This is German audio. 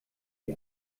die